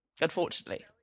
Unfortunately